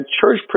church